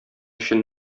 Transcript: өчен